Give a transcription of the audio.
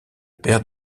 père